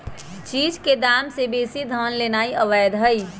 चीज के दाम से बेशी धन लेनाइ अवैध हई